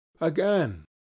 again